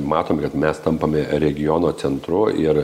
matom kad mes tampame regiono centru ir